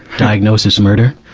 diagnosis murder.